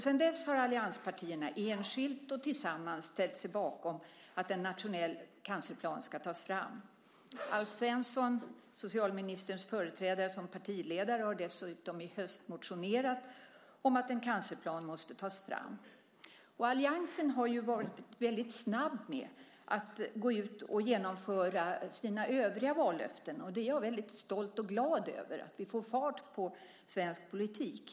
Sedan dess har allianspartierna enskilt och tillsammans ställt sig bakom att en nationell cancerplan ska tas fram. Socialministerns företrädare som partiledare Alf Svensson har dessutom i höst motionerat om att en cancerplan måste tas fram. Alliansen har varit väldigt snabb med att genomföra sina övriga vallöften. Jag är väldigt stolt och glad över att vi får fart på svensk politik.